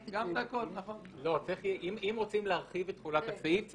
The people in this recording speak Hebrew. אם רוצים להרחיב את תחולת הסעיף,